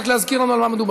רק להזכיר לנו על מה מדובר.